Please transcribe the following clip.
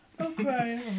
Okay